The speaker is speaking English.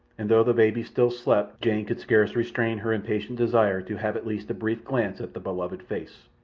and though the baby still slept, jane could scarce restrain her impatient desire to have at least a brief glance at the beloved face.